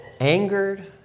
angered